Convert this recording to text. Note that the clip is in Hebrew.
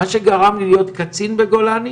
מה שגרם לי להיות קצין בגולני